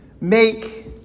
make